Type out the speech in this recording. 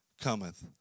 cometh